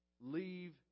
leave